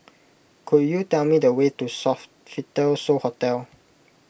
could you tell me the way to Sofitel So Hotel